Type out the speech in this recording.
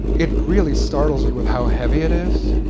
it really startles you with how heavy it is.